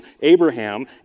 Abraham